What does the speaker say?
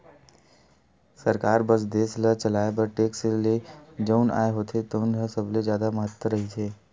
सरकार बर देस ल चलाए बर टेक्स ले जउन आय होथे तउने ह सबले जादा महत्ता राखथे